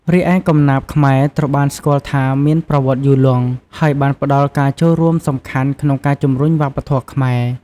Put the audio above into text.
រីឯកំណាព្យខ្មែរត្រូវបានស្គាល់ថាមានប្រវត្តិយូរលង់ ហើយបានផ្តល់ការចូលរួមសំខាន់ក្នុងការជំរុញវប្បធម៌ខ្មែរ។